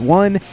one